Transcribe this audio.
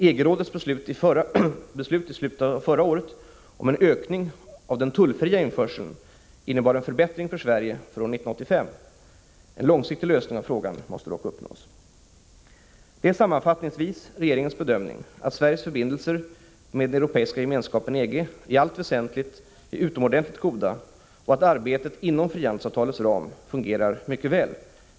EG-rådets beslut i slutet av förra året om en ökning av den tullfria införseln innebar en förbättring för Sverige för år 1985. En långsiktig lösning av frågan måste dock uppnås. Det är sammanfattningsvis regeringens bedömning att Sveriges förbindelser med den Europeiska gemenskapen i allt väsentligt är utomordentligt goda och att arbetet inom frihandelsavtalets ram fungerar mycket väl.